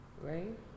right